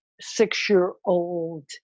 six-year-old